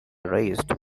raised